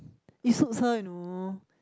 it suits her you know